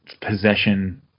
possession